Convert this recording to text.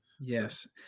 Yes